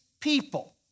people